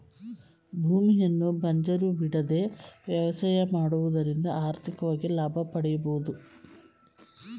ಭೂಮಿಯನ್ನು ಬಂಜರು ಬಿಡದೆ ವ್ಯವಸಾಯ ಮಾಡುವುದರಿಂದ ಆರ್ಥಿಕವಾಗಿ ಲಾಭ ಪಡೆಯಬೋದು